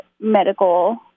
medical